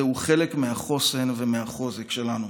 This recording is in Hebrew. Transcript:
זהו חלק מהחוסן ומהחוזק שלנו.